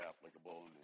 applicable